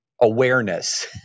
awareness